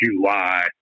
July